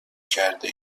کرده